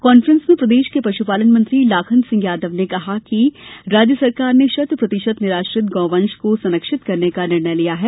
conference में प्रदेश के पशुपालन मंत्री लाखन सिंह यादव ने कहा कि राज्य सरकार ने शत प्रतिशत निराश्रित गौ वंश को संरक्षित करने का निर्णय लिया है